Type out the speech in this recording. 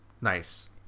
nice